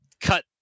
cut